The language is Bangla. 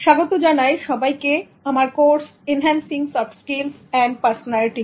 স্বাগত জানাই সবাইকে আমার course enhancing soft skills and personality